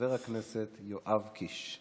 חבר הכנסת יואב קיש.